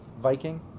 Viking